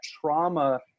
trauma